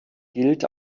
gilt